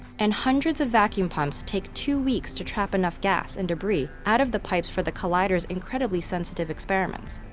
and hundreds of vacuum pumps take two weeks to trap enough gas and debris out of the pipes for the collider's incredibly sensitive experiments.